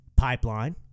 pipeline